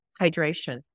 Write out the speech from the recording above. hydration